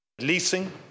Leasing